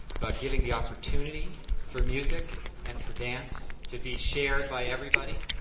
but giving the opportunity for music and for dance to be shared by everybody,